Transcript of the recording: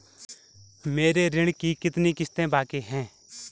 मेरे ऋण की कितनी किश्तें बाकी हैं?